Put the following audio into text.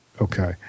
Okay